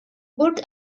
burke